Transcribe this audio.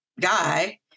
guy